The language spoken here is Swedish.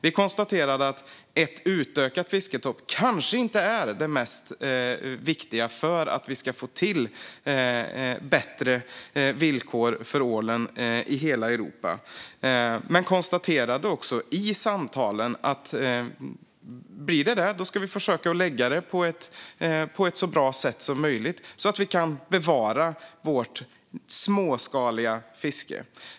Vi konstaterade att ett utökat fiskestopp kanske inte är det mest viktiga för att vi ska få till bättre villkor för ålen i hela Europa, men vi konstaterade också i samtalen att blir det så ska vi försöka att lägga det på ett så bra sätt som möjligt så att vi kan bevara vårt småskaliga fiske.